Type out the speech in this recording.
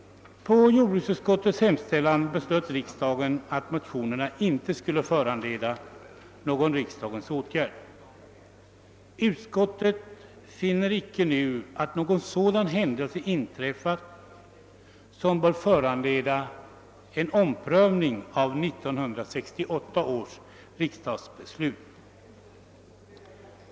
På jordbruksutskottets hemställan beslöt riksdagen då att motionerna inte skulle föranleda någon riksdagens åtgärd. Jordbruksutskottet finner inte nu att någon händelse inträffat som bör föranleda en omprövning av 1968 års riksdagsbeslut.